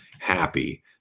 happy